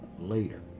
later